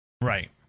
Right